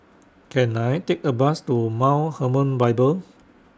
Can I Take A Bus to Mount Hermon Bible